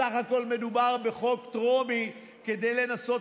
בסך הכול מדובר בחוק טרומי כדי לנסות